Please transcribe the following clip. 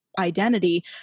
identity